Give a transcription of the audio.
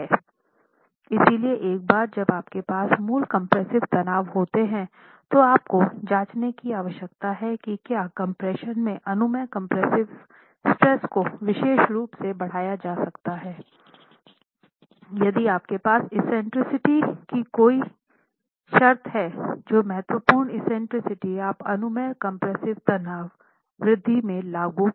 इसलिए एक बार जब आपके पास मूल कम्प्रेस्सिव तनाव होता है तो आपको जाँचने की आवश्यकता है कि क्या कम्प्रेशन में अनुमेय कम्प्रेस्सिव स्ट्रेस को विशेष रूप से बढ़ाया जा सकता है यदि आपके पास एक्सेंट्रिसिटी की कोई शर्त है जो महत्वपूर्ण एक्सेंट्रिसिटी आप अनुमेय कम्प्रेस्सिव तनाव वृद्धि में लागू करेंगे